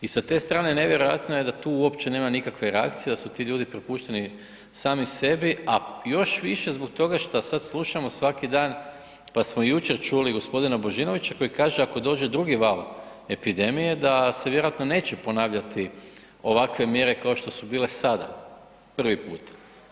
I sa te strane nevjerojatno je da tu uopće nema nikakve reakcije, da su ti ljudi prepušteni sami sebi, a još više zbog toga šta sad slušamo svaki dan, pa smo i jučer čuli gospodina Božinovića koji kaže ako dođe drugi val epidemije da se vjerojatno neće ponavljati ovakve mjere kao što su bile sada, prvi put.